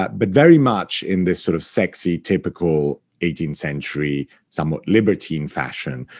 but but very much in this sort of sexy, typical eighteenth-century, somewhat libertine fashion,